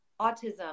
autism